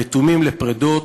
רתומים לפרדות,